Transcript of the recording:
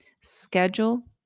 Schedule